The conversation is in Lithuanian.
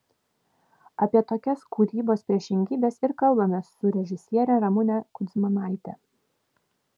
apie tokias kūrybos priešingybes ir kalbamės su režisiere ramune kudzmanaite